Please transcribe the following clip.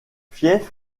fief